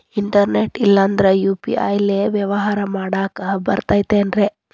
Internet ಇಲ್ಲಂದ್ರ UPI ಲೇ ವ್ಯವಹಾರ ಮಾಡಾಕ ಬರತೈತೇನ್ರೇ?